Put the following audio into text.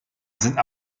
sind